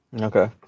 Okay